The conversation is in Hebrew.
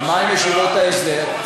למען ישיבות ההסדר,